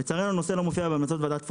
לצערנו, הנושא לא מופיע בהמלצות ועדת פולקמן.